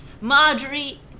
Marjorie